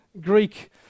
Greek